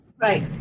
Right